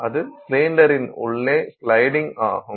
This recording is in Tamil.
அது சிலிண்டரின் உள்ளே ஸிலைடிங் ஆகும்